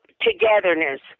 togetherness